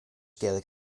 gaelic